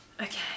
okay